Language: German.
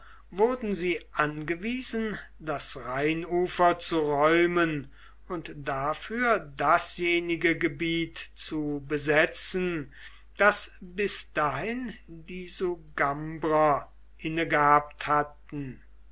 wurden sie angewiesen das rheinufer zu räumen und dafür dasjenige gebiet zu besetzen das bis dahin die sugambrer innegehabt hatten